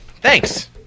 Thanks